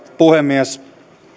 puhemies